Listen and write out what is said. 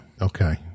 okay